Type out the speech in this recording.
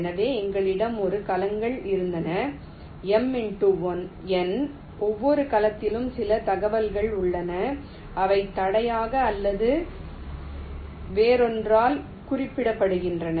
எனவே எங்களிடம் ஒரு கலங்கள் இருந்தன m x n ஒவ்வொரு கலத்திலும் சில தகவல்கள் உள்ளன அவை தடையாக அல்லது ஏதோவொன்றால் குறிப்பிடப்படுகின்றன